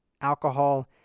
alcohol